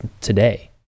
today